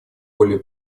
более